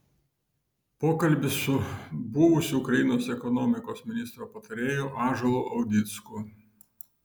pokalbis su buvusiu ukrainos ekonomikos ministro patarėju ąžuolu audicku